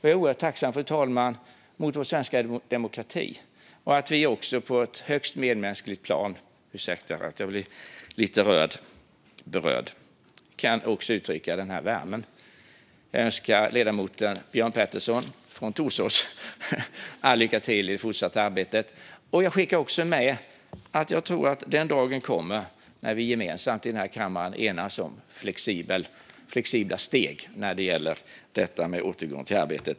Och jag är, fru talman, oerhört tacksam mot vår svenska demokrati och för att vi på ett högst medmänskligt plan - ursäkta att jag blir lite berörd - också kan uttrycka denna värme. Jag önskar ledamoten Björn Petersson från Torsås lycka till i det fortsatta arbetet. Och jag skickar också med att jag tror att den dagen kommer när vi gemensamt i denna kammare enas om flexibla steg när det gäller detta med återgång i arbete.